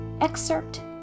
Excerpt